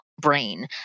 Brain